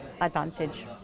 advantage